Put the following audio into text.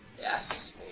Yes